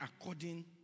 according